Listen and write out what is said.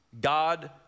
God